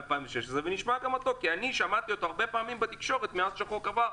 אני שמעתי אותו הרבה פעמים בתקשורת מאז שהחוק עבר,